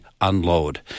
unload